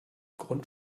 grund